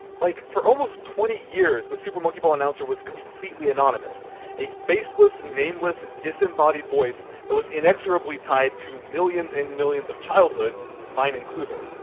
like for almost twenty years, the super monkey ball announcer was completely anonymous a faceless, nameless, disembodied voice that was inexorably to millions and millions of childhoods. mine included.